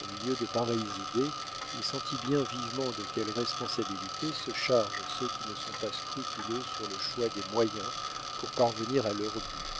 au milieu de pareilles idées il sentit bien vivement de quelle responsabilité se chargent ceux qui ne sont pas scrupuleux sur le choix des moyens pour parvenir à leur but